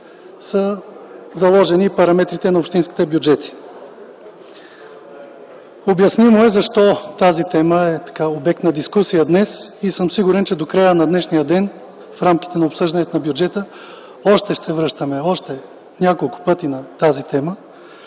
са заложени параметрите на общинските бюджети. Обяснимо е защо тази тема е обект на дискусия днес. Сигурен съм, че до края на днешния ден в рамките на обсъждането на бюджета още няколко пъти ще се връщаме на тази тема.